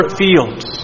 fields